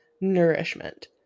nourishment